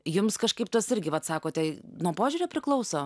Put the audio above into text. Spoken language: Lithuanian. jums kažkaip tas irgi vat sakote nuo požiūrio priklauso